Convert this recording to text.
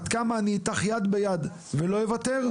עד כמה אני איתך יד ביד ולא אוותר.